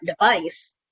device